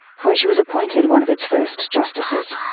where she was appointed one of its first justices.